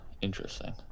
interesting